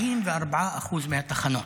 44% מהתחנות.